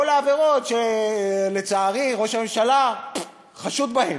מרמה, כל העבירות שלצערי ראש הממשלה חשוד בהן.